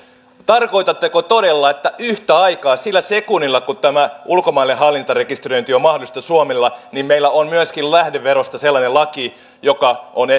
tarkoitatteko todella että yhtä aikaa sillä sekunnilla kun tämä ulkomaille hallintarekisteröinti on mahdollista suomella niin meillä on myöskin lähdeverosta sellainen laki joka on